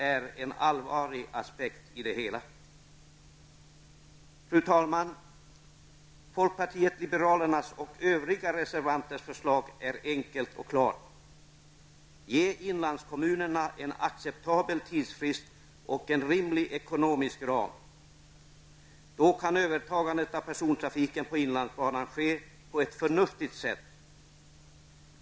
Fru talman! Folkpartiet liberalernas och övriga reservanters förslag är enkelt och klart: Ge inlandskommunerna en acceptabel tidsfrist och en rimlig ekonomisk ram! Då kan övertagandet av persontrafiken på inlandsbanan ske på ett förnuftigt sätt.